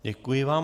Děkuji vám.